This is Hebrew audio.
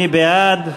מי בעד?